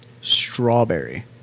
Strawberry